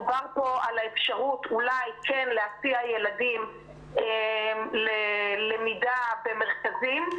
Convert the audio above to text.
דובר פה על האפשרות אולי כן להסיע ילדים ללמידה במרכזים.